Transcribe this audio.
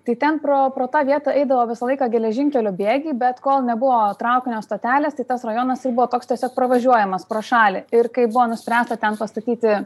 tai ten pro pro tą vietą eidavo visą laiką geležinkelio bėgiai bet kol nebuvo traukinio stotelės tai tas rajonas ir buvo toks tiesiog pravažiuojamas pro šalį ir kai buvo nuspręsta ten pastatyti